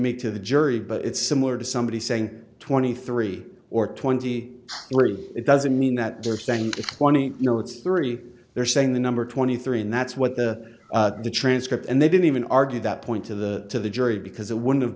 make to the jury but it's similar to somebody saying twenty three or twenty it doesn't mean that they're saying it's twenty you know it's three they're saying the number twenty three and that's what the the transcript and they didn't even argue that point to the to the jury because it would have